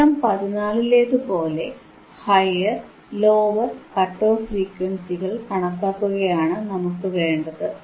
ചിത്രം 14 ലേതുപോലെ higher lower cut off ഫ്രീക്വൻസികൾ കണക്കാക്കുകയാണ് നമുക്കുവേണ്ടത്